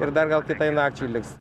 ir dar gal kitai nakčiai liks